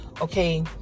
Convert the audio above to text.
okay